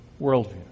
worldview